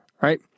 right